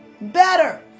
Better